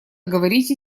говорите